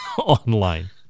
online